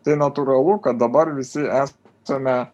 tai natūralu kad dabar visi esame